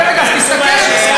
לא,